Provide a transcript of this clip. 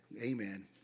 Amen